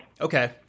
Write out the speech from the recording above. Okay